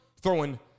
throwing